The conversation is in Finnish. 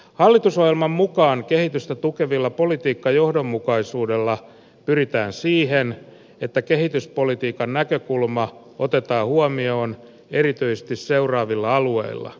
hallitusohjelman mukaan kehitystä tukevalla politiikkajohdonmukaisuudella pyritään siihen että kehityspolitiikan näkökulma otetaan huomioon erityisesti seuraavilla alueilla